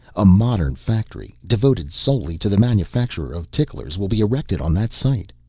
a modern factory, devoted solely to the manufacture of ticklers, will be erected on that site.